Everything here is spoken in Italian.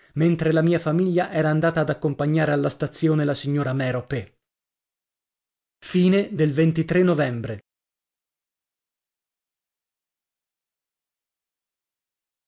mentre la mia famiglia era andata ad accompagnare alla stazione la signora erope novembre